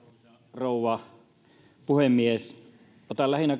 rouva puhemies otan kantaa lähinnä